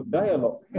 dialogue